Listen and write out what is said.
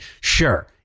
Sure